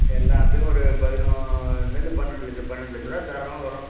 எல்லாத்துக்கும் ஒரு பதினோன்றுலேர்ந்து பன்னெண்டு லட்சம் பன்னெண்டு லட்சரூபா தாராளமாக வரும்